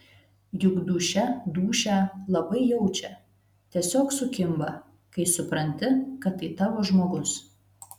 juk dūšia dūšią labai jaučia tiesiog sukimba kai supranti kad tai tavo žmogus